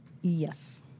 Yes